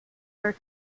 for